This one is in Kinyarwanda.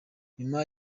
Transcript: nyuma